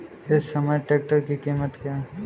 इस समय ट्रैक्टर की कीमत क्या है?